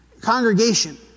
congregation